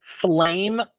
flame